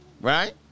Right